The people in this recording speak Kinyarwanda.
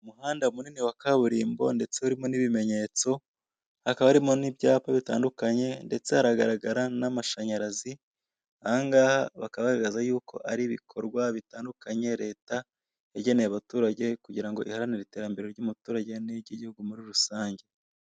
Umuhanda munini wa kaburimo ndetse urimo n'ibimenyetso, hakaba harimo n'ibyaka bitandukanye ndetse haragaragara n'amashanyarazi, ahangaha bakaba bagaragaza yuko ari ibikorwa bitandukanye leta yageneye abaturage kugira ngo iharanire iterambere ry'umuturage niry'igihugu muri rusange.